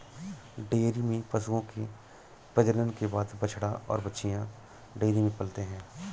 dairy में पशुओं के प्रजनन के बाद बछड़ा और बाछियाँ डेयरी में पलते हैं